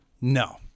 no